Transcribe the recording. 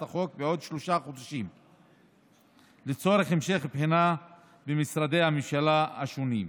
החוק עוד שלושה חודשים לצורך המשך בחינה במשרדי הממשלה השונים,